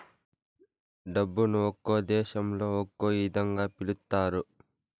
డబ్బును ఒక్కో దేశంలో ఒక్కో ఇదంగా పిలుత్తారు